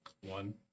One